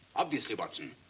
obviously, watson.